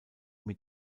mit